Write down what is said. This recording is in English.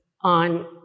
on